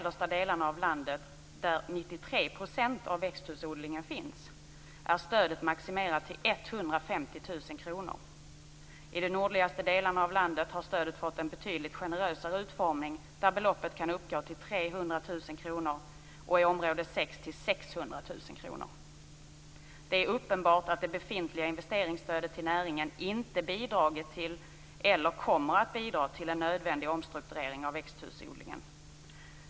150 000 kr. I de nordligaste delarna av landet har stödet fått en betydligt generösare utformning där beloppet kan uppgå till 300 000 kr och i område 6 till 600 000 kr. Det är uppenbart att det befintliga investeringsstödet till näringen inte har bidragit eller kommer att bidra till en nödvändig omstrukturering av växthusodlingen.